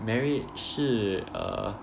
merit 是 err